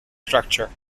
structure